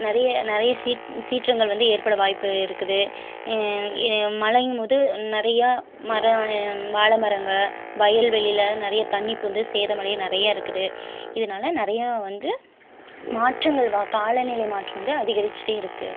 நிறைய நிறைய சீட் சீற்றங்கள் வந்து ஏற்பட வாய்ப்பு இருக்குது மழையிங்கும்போது நறையா மரம் வாழமரங்கள் வயல்வெளியில நறைய தண்ணி பூந்து சேதமடைய நிறையா இருக்குது இதனால நிறையா வந்து மாற்றங்கள் காலநிலை மாற்றம் வந்து அதிகரிச்சிகிட்டே இருக்குது